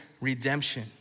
redemption